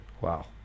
Wow